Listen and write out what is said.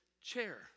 chair